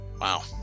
Wow